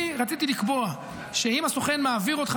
אני רציתי לקבוע שאם הסוכן מעביר אותך